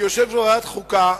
כיושב-ראש ועדת החוקה,